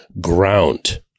ground